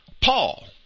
Paul